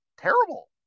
terrible